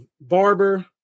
Barber